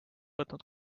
võtnud